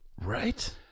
Right